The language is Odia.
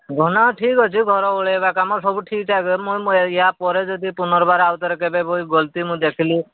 ଘନା ଠିକ୍ ଅଛି ଘର ଓଳେଇବା କାମ ସବୁ ଠିକ ଠାକ୍ ମୁଇଁ ୟା ପରେ ଯଦି ପୁନର୍ବାର ଆଉଥରେ କେବେ ବି ଗଲତି ମୁଁ ଦେଖିଲି